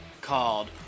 called